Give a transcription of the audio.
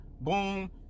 boom